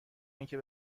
اینکه